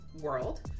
world